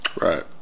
right